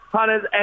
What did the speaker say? Hunters